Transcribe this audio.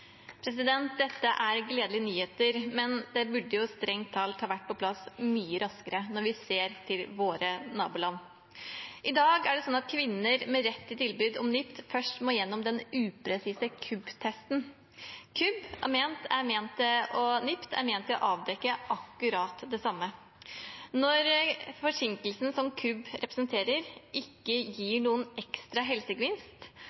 Dette er gledelige nyheter, men når vi ser til våre naboland, burde det strengt tatt vært på plass mye raskere. I dag er det sånn at kvinner med rett til tilbud om NIPT først må gjennom den upresise KUB-testen. KUB og NIPT er ment for å avdekke akkurat det samme. Når forsinkelsen som KUB representerer, ikke